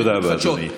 תודה רבה, אדוני.